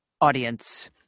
audience